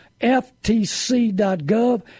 ftc.gov